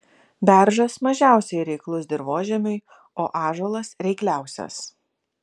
beržas mažiausiai reiklus dirvožemiui o ąžuolas reikliausias